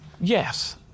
Yes